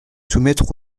soumettre